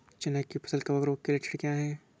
चना की फसल कवक रोग के लक्षण क्या है?